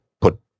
put